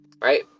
Right